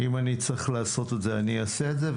אם אני צריך לעשות את זה, אני אעשה את זה.